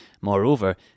Moreover